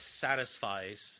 satisfies